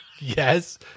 Yes